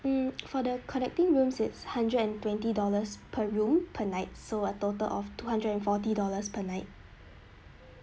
mm for the connecting rooms it's hundred and twenty dollars per room per night so a total of two hundred and forty dollars per night